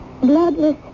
bloodless